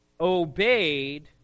obeyed